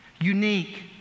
unique